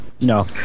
No